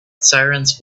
sirens